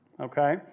Okay